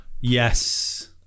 Yes